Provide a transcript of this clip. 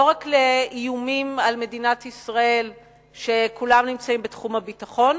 לא רק לאיומים על מדינת ישראל שכולם נמצאים בתחום הביטחון,